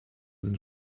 sind